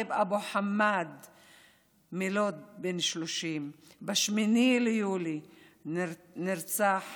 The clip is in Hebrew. ראגב אבו חמאד מלוד, בן 30. ב-8 ביולי נרצח